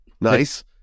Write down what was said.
Nice